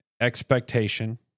expectation